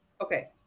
okay